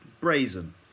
brazen